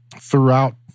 throughout